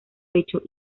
pecho